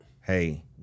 hey